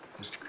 Mr